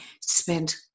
spent